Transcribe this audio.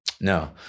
no